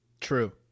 True